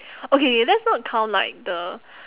okay let's not count like the